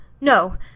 no